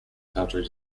country